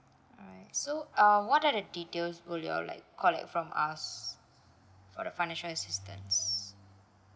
alright so um what are the details will you all like collect from us for the financial assistance